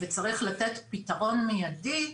וצריך לתת פתרון מיידי,